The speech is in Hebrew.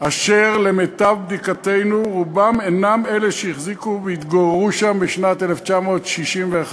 אשר למיטב בדיקתנו רובם אינם אלה שהחזיקו והתגוררו שם בשנת 1961,